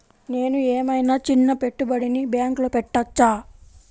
నేను ఏమయినా చిన్న పెట్టుబడిని బ్యాంక్లో పెట్టచ్చా?